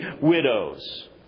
widows